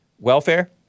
welfare